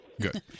good